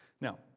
Now